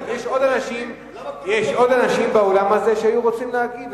יש עוד אנשים באולם הזה שהיו רוצים להגיב,